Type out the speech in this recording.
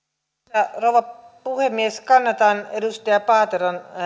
arvoisa rouva puhemies kannatan edustaja paateron